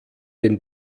den